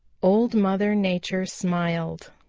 old mother nature smiled.